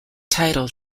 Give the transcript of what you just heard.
title